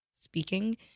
speaking